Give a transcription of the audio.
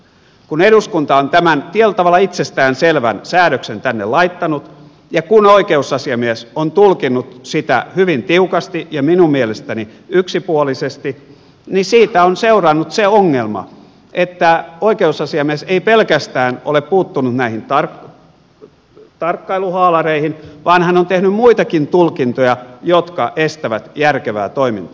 kun eduskunta on tämän tietyllä tavalla itsestään selvän säädöksen tänne laittanut ja kun oikeusasiamies on tulkinnut sitä hyvin tiukasti ja minun mielestäni yksipuolisesti niin siitä on seurannut se ongelma että oikeusasiamies ei pelkästään ole puuttunut näihin tarkkailuhaalareihin vaan hän on tehnyt muitakin tulkintoja jotka estävät järkevää toimintaa